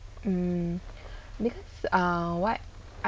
um next ah what